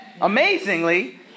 amazingly